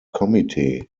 committee